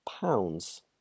pounds